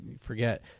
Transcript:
forget